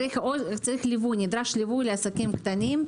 נדרש ליווי לעסקים קטנים,